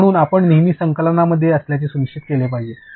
म्हणून आपण नेहमी संकालनामध्ये असल्याचे सुनिश्चित केले पाहिजे